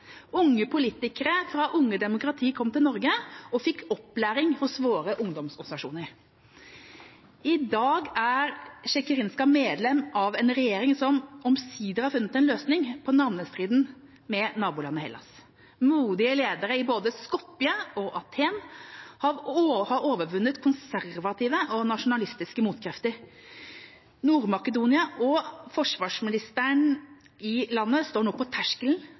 Unge politikere fra unge demokratier kom til Norge og fikk opplæring hos våre ungdomsorganisasjoner. I dag er Sekerinska medlem av en regjering som omsider har funnet en løsning på navnestriden med nabolandet Hellas. Modige ledere i både Skopje og Aten har overvunnet konservative og nasjonalistiske motkrefter. Nord-Makedonia og forsvarsministeren i landet står nå på terskelen